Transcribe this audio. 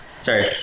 Sorry